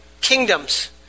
kingdoms